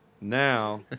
Now